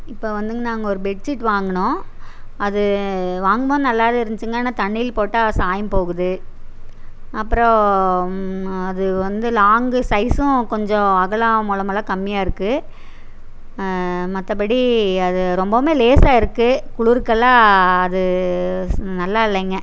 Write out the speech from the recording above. இப்போ வந்து நாங்கள் ஒரு பெட் சீட் வாங்கினோம் அது வாங்கும்போது நல்லாவே இருந்துச்சுங்க ஆனால் தண்ணியில் போட்டால் சாயம் போகுது அப்புறம் அது வந்து லாங்கு சைஸ்ஸும் கொஞ்சம் அகலம் முழமெல்லாம் கம்மியாக இருக்குது மற்றபடி அது ரொம்பவுமே லேசாக இருக்குது குளிருக்குகெல்லாம் அது நல்லாயில்லைங்க